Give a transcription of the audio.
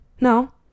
No